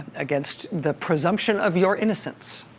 against the presumption of your innocence.